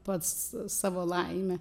pats savo laimę